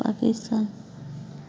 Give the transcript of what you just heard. Pakistan